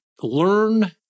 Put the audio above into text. learn